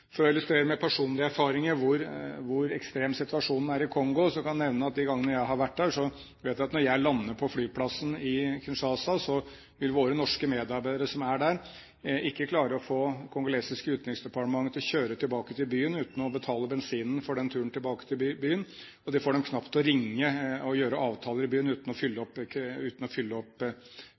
For å illustrere med personlige erfaringer hvor ekstrem situasjonen er i Kongo, kan jeg nevne at de gangene jeg har vært der, så vet jeg at når jeg lander på flyplassen i Kinshasa, vil våre norske medarbeidere som er der, ikke klare å få det kongolesiske utenriksdepartementet til å kjøre tilbake til byen uten å betale bensinen for turen tilbake. De får dem knapt til å ringe for å gjøre avtaler i byen uten å fylle opp